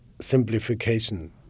simplification